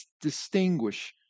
distinguish